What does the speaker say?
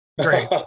great